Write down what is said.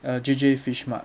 uh J_J fish mart